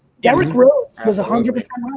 derrick rose was a hundred percent right.